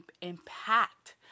impact